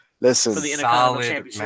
Listen